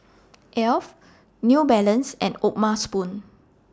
Alf New Balance and O'ma Spoon